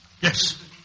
Yes